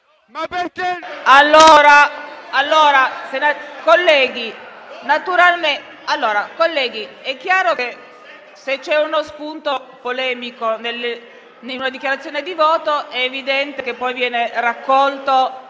Colleghi, se c'è uno spunto polemico in una dichiarazione di voto è evidente che poi viene raccolto